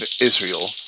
Israel